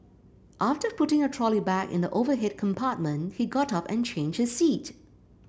after putting a trolley bag in the overhead compartment he got up and changed his seat